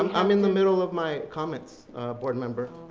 i'm in the middle of my comments board member.